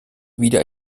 wieder